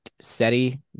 steady